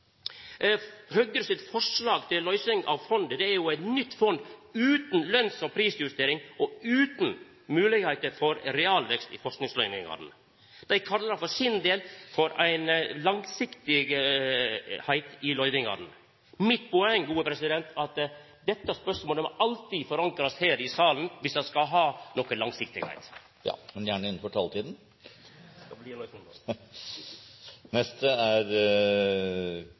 Høgre sitt forslag til ei løysing av fondet, er eit nytt fond, utan løns- og prisjustering og utan moglegheiter for realvekst i forskingsløyvingane. Dei kallar det for sin del for ei langsiktigheit i løyvingane. Mitt poeng er at dette spørsmålet alltid må forankrast her i salen dersom ein skal ha ei langsiktigheit. Men gjerne innenfor taletiden! Det er